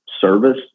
service